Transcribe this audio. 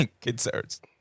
concerns